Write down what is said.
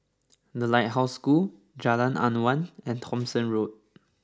The Lighthouse School Jalan Awan and Thomson Road